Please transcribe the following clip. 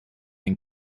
den